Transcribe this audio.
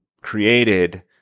created